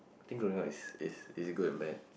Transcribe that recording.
think growing up is is is good and bad